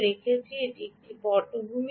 সুতরাং যে কোন পটভূমি